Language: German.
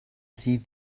sie